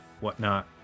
whatnot